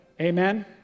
Amen